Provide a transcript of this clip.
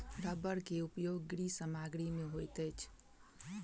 रबड़ के उपयोग गृह सामग्री में होइत अछि